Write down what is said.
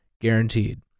guaranteed